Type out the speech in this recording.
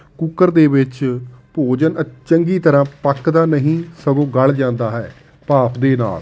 cooker ਦੇ ਵਿੱਚ ਭੋਜਨ ਚੰਗੀ ਤਰ੍ਹਾਂ ਪੱਕਦਾ ਨਹੀਂ ਸਗੋਂ ਗਲ ਜਾਂਦਾ ਹੈ ਭਾਫ ਦੇ ਨਾਲ